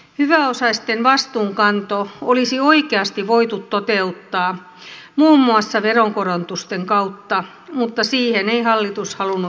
hyväosaisten vastuunkanto olisi oikeasti voitu toteuttaa muun muassa veronkorotusten kautta mutta siihen ei hallitus halunnut lähteä